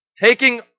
taking